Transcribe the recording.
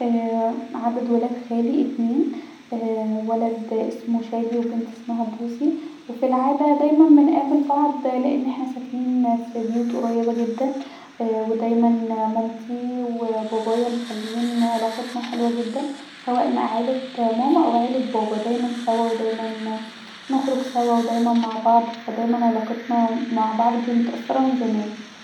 عدد ولاد خالي اتنين ااا ولد اسمه شادي وبنت اسمها بوسي وفي العاده دايما بنقابل بعض لأن احنا ساكنين في بيوت قريبه جدا ودايما مامتي وبابايا مخلين علاقتنا حلوه جدا سواء مع عيله ماما أو مع عيله بابا دايما سوا ودايما نخرج سوا ودايما مع بعض ودايما علاقتنا مع بعض متواصله من زمان